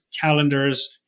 calendars